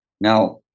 Now